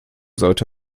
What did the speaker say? sollte